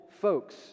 folks